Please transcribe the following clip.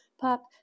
pop